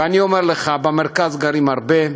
ואני אומר לך, במרכז גרים הרבה,